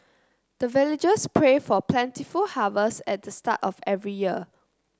the villagers pray for plentiful harvest at the start of every year